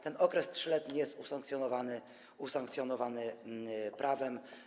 Ten okres 3-letni jest usankcjonowany prawem.